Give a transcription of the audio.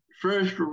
first